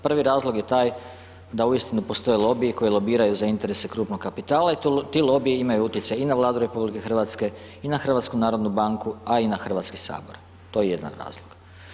Prvi razlog je taj da uistinu postoje lobiji koji lobiraju za interese krupnog kapitala i ti lobiji imaju utjecaj i na Vladu RH i na HNB, a i na HS, to je jedan od razloga.